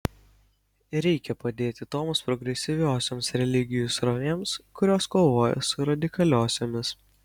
reikia padėti toms progresyviosioms religijų srovėms kurios kovoja su radikaliosiomis